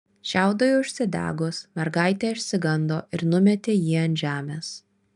šiaudui užsidegus mergaitė išsigando ir numetė jį ant žemės